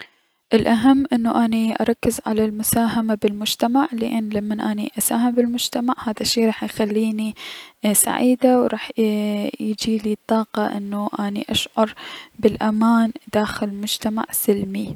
الأهم انو اني اركز على المساهمة بالمجتمع لأن لمن اني اساهم بالمجتمع هذا الشي راح يخليني ايي- سعيدة و راح ايي- يجيلي طاقة انو اني اشعر بلأمان مجتمع سلمي.